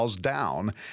down